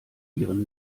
ihren